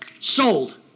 sold